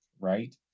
right